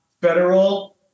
federal